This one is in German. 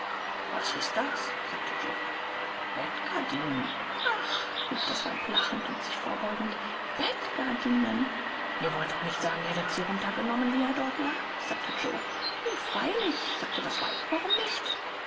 was ist das sagte joe bettgardinen ach rief das weib lachend und sich vorbeugend bettgardinen ihr wollt doch nicht sagen ihr hättet sie runter genommen wie er dort lag sagte joe i freilich sagte das weib warum nicht